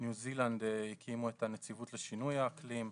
ניו זילנד הקימו את הנציבות לשינוי האקלים.